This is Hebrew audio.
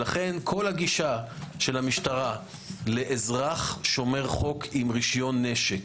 לכן כל הגישה של המשטרה לאזרח שומר חוק עם רישיון נשק